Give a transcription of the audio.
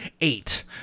eight